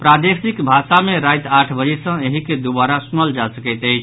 प्रादेशिक भाषा मे राति आठि वजे सँ एहि के दूबारा सुनल जा सकैत अछि